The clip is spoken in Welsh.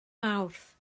mawrth